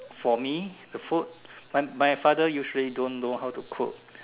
for me food my my father usually don't know how to cook